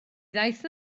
ddaeth